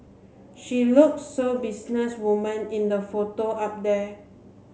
she look so business woman in the photo up there